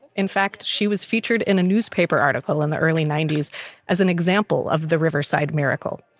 in fact, she was featured in a newspaper article in the early ninety s as an example of the riverside miracle.